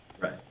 Right